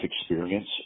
experience